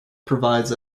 provides